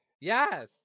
Yes